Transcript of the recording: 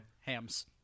Hams